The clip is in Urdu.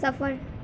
سفر